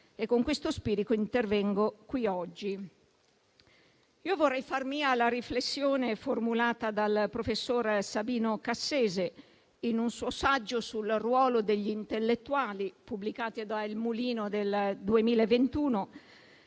e con questo spirito intervengo oggi. Io vorrei far mia la riflessione formulata dal professor Sabino Cassese in un suo saggio sul ruolo degli intellettuali pubblicato da «Il Mulino» nel 2021